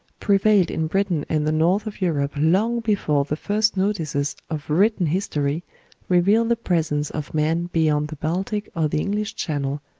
prevailed in britain and the north of europe long before the first notices of written history reveal the presence of man beyond the baltic or the english channel,